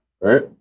right